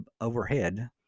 overhead